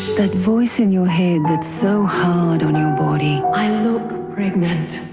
that voice in your head that's so hard on our body. i look pregnant.